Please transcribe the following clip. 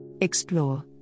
Explore